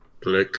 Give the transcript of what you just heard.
Click